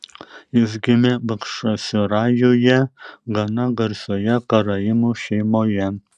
jis gimė bachčisarajuje gana garsioje karaimų šeimoje